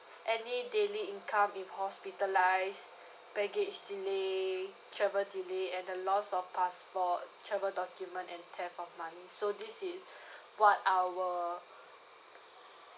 any daily income if hospitalised baggage delay travel delay and the lost of passport travel document and theft of money so this is what our